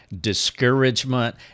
discouragement